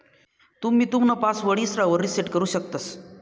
तुम्ही तुमना पासवर्ड इसरावर रिसेट करु शकतंस